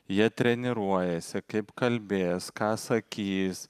jie treniruojasi kaip kalbės ką sakys